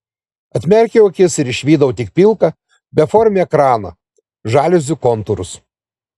atmerkiau akis ir išvydau tik pilką beformį ekraną žaliuzių kontūrus